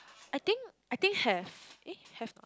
I think I think have eh have not